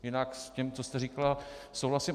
Jinak s tím, co jste říkala, souhlasím.